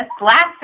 last